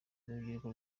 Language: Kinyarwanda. urubyiruko